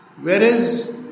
Whereas